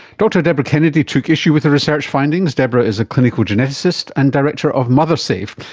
dr debra kennedy took issue with the research findings. debra is a clinical geneticist and director of mothersafe,